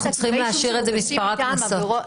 אנחנו צריכים להשאיר את זה "מספר הקנסות".